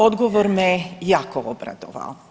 Odgovor me jako obradovao.